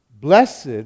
Blessed